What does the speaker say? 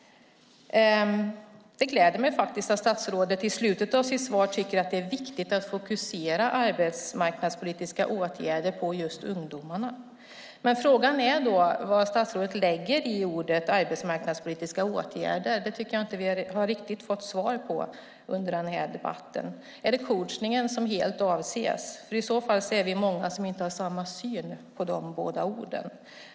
Det gläder mig att statsrådet i slutet av sitt svar säger att det är viktigt att fokusera arbetsmarknadspolitiska åtgärder på just ungdomarna, men frågan är vad statsrådet lägger i begreppet "arbetsmarknadspolitiska åtgärder". Det tycker jag inte riktigt att vi har fått svar på under den här debatten. Är det coachningen som helt avses är vi i så fall många som inte har samma syn på begreppen.